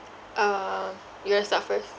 uh you want to start first